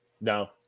No